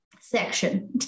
section